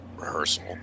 Rehearsal